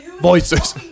voices